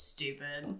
Stupid